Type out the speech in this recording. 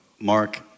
Mark